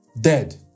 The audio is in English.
dead